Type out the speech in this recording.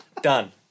Done